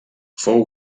fou